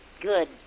Good